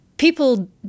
People